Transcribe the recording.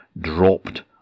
dropped